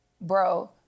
Bro